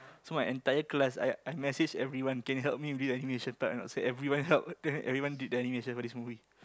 so my entire class I I message everyone can help me with this animation type a not so everyone help then everyone did the animation for this movie